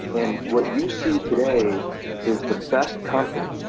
and what you see today is the best company,